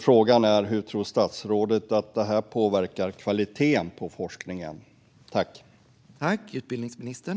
Frågan är: Hur tror statsrådet att detta påverkar kvaliteten på forskningen?